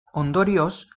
ondorioz